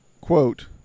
Quote